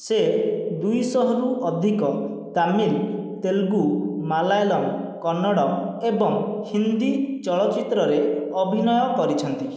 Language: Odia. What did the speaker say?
ସେ ଦୁଇଶହରୁ ଅଧିକ ତାମିଲ ତେଲୁଗୁ ମାଲାୟାଲମ୍ କନ୍ନଡ଼ ଏବଂ ହିନ୍ଦୀ ଚଳଚ୍ଚିତ୍ରରେ ଅଭିନୟ କରିଛନ୍ତି